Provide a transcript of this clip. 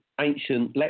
ancient